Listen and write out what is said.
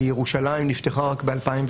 כי ירושלים נפתחה רק ב-2019,